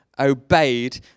obeyed